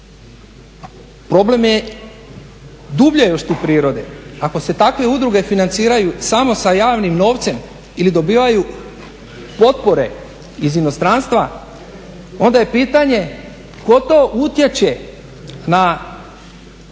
Problem je dublje još tu prirode. Ako se takve udruge financiraju samo sa javnim novcem ili dobivaju potpore iz inostranstva onda je pitanje tko to utječe na